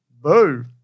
Boo